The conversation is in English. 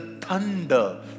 thunder